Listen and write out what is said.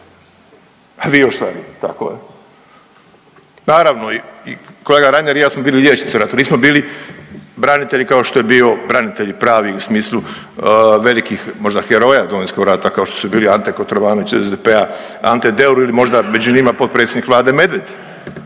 a vi još stariji, tako je. Naravno i kolega Reiner i ja smo bili liječnici u ratu, nismo bili branitelji kao što je branitelji pravi u smislu velikih možda heroja Domovinskog rata kao što su bili Ante Kotromanović iz SDP, Ante Deur ili možda među njima potpredsjednik vlade Medved,